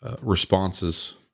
responses